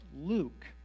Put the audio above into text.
Luke